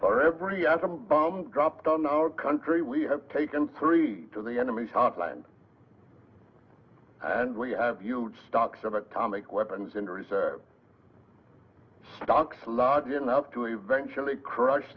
for every atom bomb dropped on our country we have taken three to the enemy top line and we have huge stocks of atomic weapons in reserve stocks large enough to eventually crush